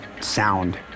sound